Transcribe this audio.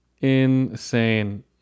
Insane